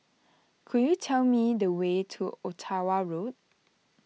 could you tell me the way to Ottawa Road